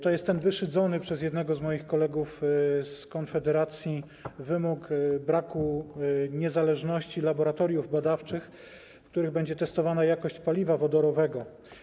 To jest ten wyszydzony przez jednego z moich kolegów z Konfederacji brak wymogu niezależności laboratoriów badawczych, w których będzie testowana jakość paliwa wodorowego.